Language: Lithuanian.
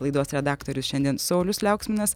laidos redaktorius šiandien saulius liauksminas